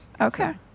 Okay